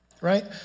right